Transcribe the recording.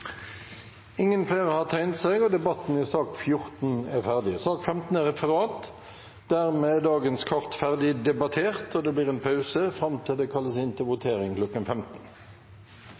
Flere har ikke bedt om ordet til sak nr. 14. Dermed er dagens kart ferdigdebattert, og det blir en pause fram til det kalles inn til votering kl. 15.